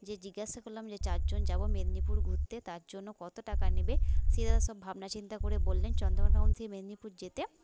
যেয়ে জিজ্ঞাসা করলাম যে চারজন যাবো মেদিনীপুর ঘুরতে তার জন্য কত টাকা নেবে সে দাদা সব ভাবনা চিন্তা করে বললেন চন্দ্রকোণা টাউন থেকে মেদিনীপুর যেতে